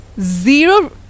zero